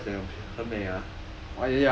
他的 price 也很很美啊